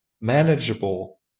manageable